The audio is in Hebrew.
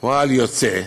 כפועל יוצא,